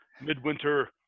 midwinter